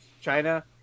China